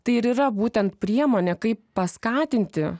tai ir yra būtent priemonė kaip paskatinti